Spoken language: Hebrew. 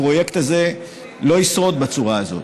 הפרויקט הזה לא ישרוד בצורה הזאת.